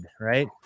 right